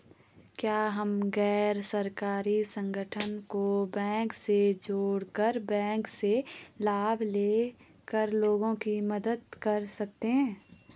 क्या हम गैर सरकारी संगठन को बैंक से जोड़ कर बैंक से लाभ ले कर लोगों की मदद कर सकते हैं?